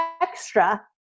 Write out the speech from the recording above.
extra